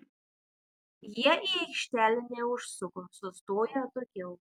jie į aikštelę neužsuko sustojo atokiau